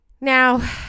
Now